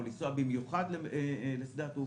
או לנסוע במיוחד לשדה התעופה.